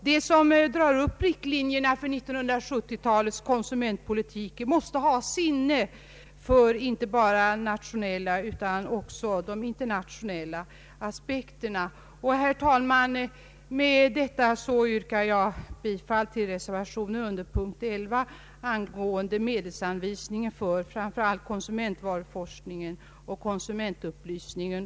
De som drar upp riktlinjerna för 1970-talets konsumentpolitik måste ha sinne för inte bara nationella utan också internationella aspekter. Herr talman! Med det anförda vill jag framhålla att jag kommer att yrka bifall till reservationen under punkt 11 angående medelsanvisningen för konsumentvarusforskningen och konsumentupplysningen.